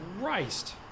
Christ